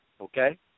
Okay